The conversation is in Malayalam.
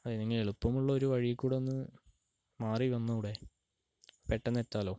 ഏതെങ്കിലും എളുപ്പമുള്ള വഴിയിൽക്കൂടെ ഒന്ന് മാറി വന്നുകൂടെ പെട്ടെന്നെത്താമല്ലോ